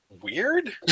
weird